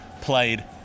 played